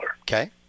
Okay